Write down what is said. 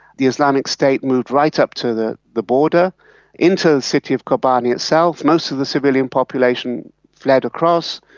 the islamic state moved right up to the the border into the city of kobane itself. most of the civilian population fled across.